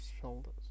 Shoulders